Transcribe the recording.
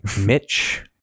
Mitch